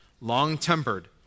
long-tempered